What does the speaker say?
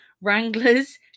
wranglers